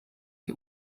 die